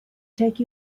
take